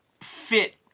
fit